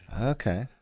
Okay